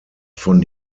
von